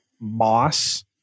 moss